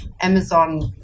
Amazon